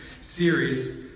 series